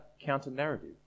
counter-narrative